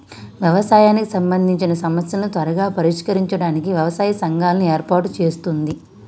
వ్యవసాయానికి సంబందిచిన సమస్యలను త్వరగా పరిష్కరించడానికి వ్యవసాయ సంఘాలను ఏర్పాటు చేస్తుంది